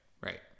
Right